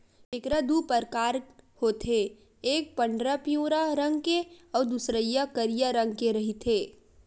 केंकरा दू परकार होथे एक पंडरा पिंवरा रंग के अउ दूसरइया करिया रंग के रहिथे